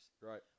Right